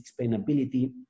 explainability